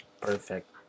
Perfect